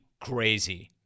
crazy